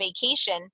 vacation